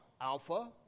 Alpha